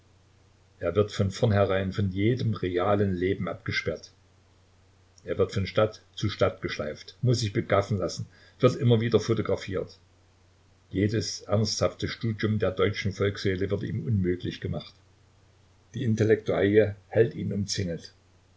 er wird von vornherein von jedem realen leben abgesperrt er wird von stadt zu stadt geschleift muß sich begaffen lassen wird immer wieder photographiert jedes ernsthafte studium der deutschen volksseele wird ihm unmöglich gemacht die intellektuaille hält ihn umzingelt